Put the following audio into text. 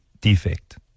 defect